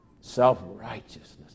Self-righteousness